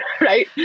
Right